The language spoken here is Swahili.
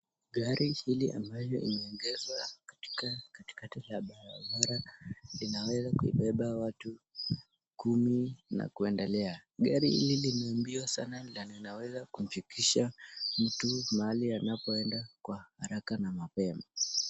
Gari hili ambalo limeegezwa katika katilkati la barabara linaweza kubeba watu kumi na kuendelea. Lina mbio sana na linaweza kumfikisha mtu mahali anapoenda kwa haraka na mapema.